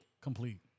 Complete